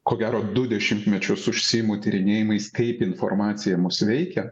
ko gero du dešimtmečius užsiimu tyrinėjimais kaip informacija mus veikia